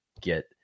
get